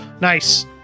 Nice